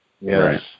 Yes